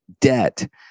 debt